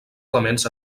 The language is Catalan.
elements